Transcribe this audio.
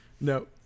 No